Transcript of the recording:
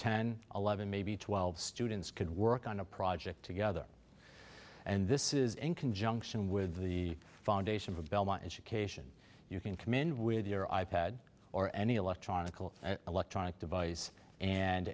ten eleven maybe twelve students could work on a project together and this is in conjunction with the foundation for belmont education you can command with your i pad or any electronically electronic device and